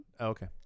Okay